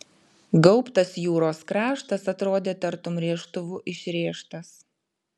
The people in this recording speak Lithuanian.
gaubtas jūros kraštas atrodė tartum rėžtuvu išrėžtas